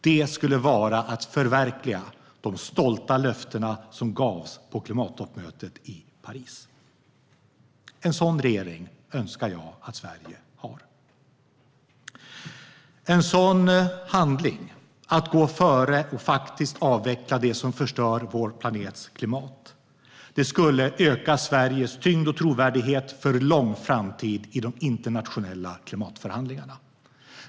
Det skulle vara att förverkliga de stolta löften som gavs på klimattoppmötet i Paris. En sådan regering önskar jag att Sverige har. En sådan handling, att gå före och faktiskt avveckla det som förstör vår planets klimat, skulle öka Sveriges tyngd och trovärdighet för lång framtid i de internationella klimatförhandlingarna.